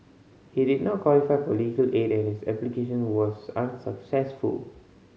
he did not qualify for legal aid and his application was unsuccessful